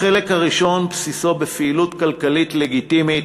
החלק הראשון, בסיסו בפעילות כלכלית לגיטימית